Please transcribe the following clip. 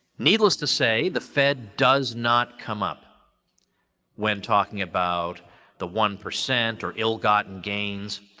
needless to say, the fed does not come up when talking about the one percent or ill-gotten gains,